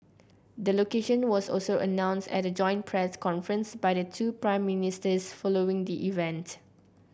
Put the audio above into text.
the location was also announced at a joint press conference by the two Prime Ministers following the event